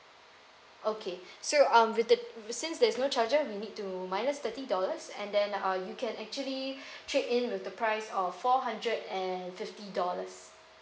okay so um we did since there is no charger we need to minus thirty dollars and then uh you can actually trade in with the price of four hundred and fifty dollars